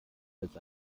des